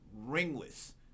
ringless